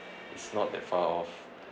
it's not that far off